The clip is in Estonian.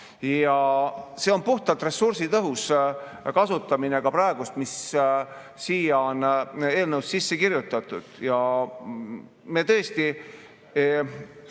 See on puhtalt ressursitõhus kasutamine ka praegu, mis siia eelnõusse on sisse kirjutatud. Me tõesti